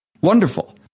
wonderful